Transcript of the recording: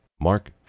Mark